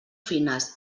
fines